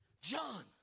John